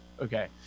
Okay